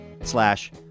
slash